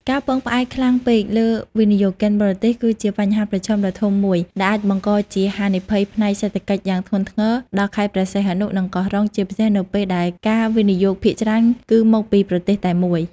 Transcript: ការពឹងផ្អែកខ្លាំងពេកលើវិនិយោគិនបរទេស គឺជាបញ្ហាប្រឈមដ៏ធំមួយ ដែលអាចបង្កជា ហានិភ័យផ្នែកសេដ្ឋកិច្ចយ៉ាងធ្ងន់ធ្ងរ ដល់ខេត្តព្រះសីហនុ និងកោះរ៉ុង ជាពិសេសនៅពេលដែលការវិនិយោគភាគច្រើនគឺមកពី ប្រទេសតែមួយ។